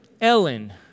Ellen